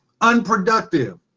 unproductive